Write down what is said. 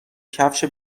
کفش